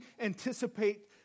anticipate